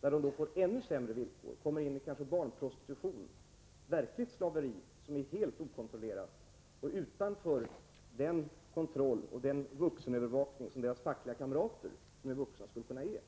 där de får ännu sämre villkor, kanske kommer in i barnprostitution — verkligt slaveri, som är helt okontrollerat och står utanför den kontroll och den övervakning som deras vuxna fackliga kamrater skulle kunna ge.